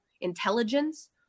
intelligence